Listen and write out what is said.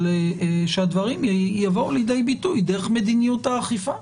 אבל שהדברים יבואו לידי ביטוי דרך מדיניות האכיפה.